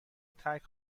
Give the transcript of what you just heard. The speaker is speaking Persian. ترک